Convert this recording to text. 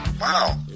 wow